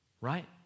right